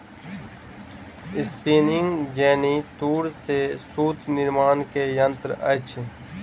spinning jenny तूर से सूत निर्माण के यंत्र अछि